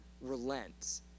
relents